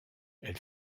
elle